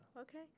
Okay